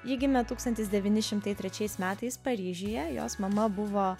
ji gimė tūkstantis devyni šimtai trečiais metais paryžiuje jos mama buvo